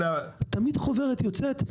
תמיד חוברת יוצאת,